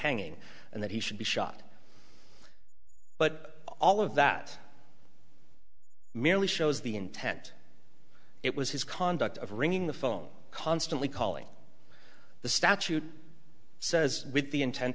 hanging and that he should be shot but all of that merely shows the intent it was his conduct of ringing the phone constantly calling the statute says with the intent